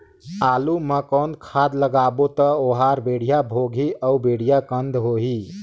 आलू मा कौन खाद लगाबो ता ओहार बेडिया भोगही अउ बेडिया कन्द होही?